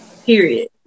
Period